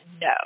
no